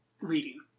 reading